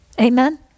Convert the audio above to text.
Amen